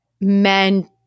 men